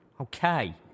okay